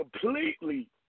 completely